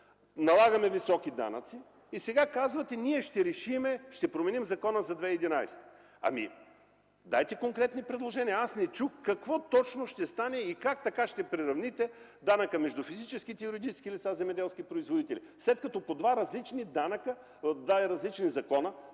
налагаме високи данъци. Сега казвате: ние ще променим закона за 2011 г. Дайте конкретни предложения! Не чух какво точно ще стане и как така ще приравните данъка между физическите и юридическите лица – земеделски производители, след като те се облагат по два различни закона.